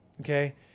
Okay